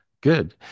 Good